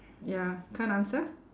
ya can't answer